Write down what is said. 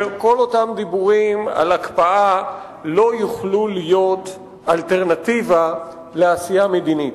שכל אותם דיבורים על הקפאה לא יוכלו להיות אלטרנטיבה לעשייה מדינית,